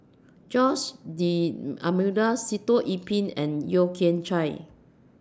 Jose D'almeida Sitoh Yih Pin and Yeo Kian Chai